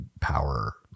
power